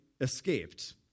escaped